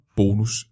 bonus